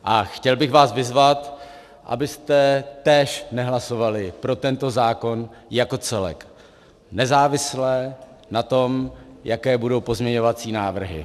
A chtěl bych vás vyzvat, abyste též nehlasovali pro tento zákon jako celek, nezávisle na tom, jaké budou pozměňovací návrhy.